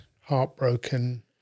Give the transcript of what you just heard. heartbroken